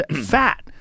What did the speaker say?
fat